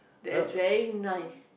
that is very nice